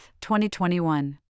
2021